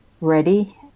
ready